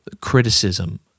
criticism